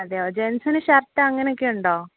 അതെയോ ജെൻറ്റ്സിന് ഷർട്ട് അങ്ങനെയൊക്കെ ഉണ്ടോ